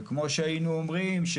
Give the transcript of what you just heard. וכמו שהיינו אומרים,